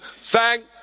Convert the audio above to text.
thank